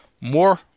more